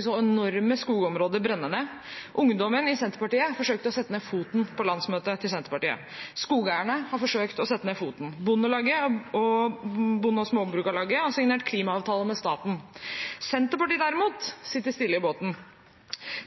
så enorme skogområder brenne ned. Ungdommen i Senterpartiet forsøkte å sette ned foten på landsmøtet til Senterpartiet. Skogeierne har forsøkt å sette ned foten. Bondelaget og Bonde- og Småbrukarlaget har signert klimaavtale med staten. Senterpartiet sitter derimot stille i båten.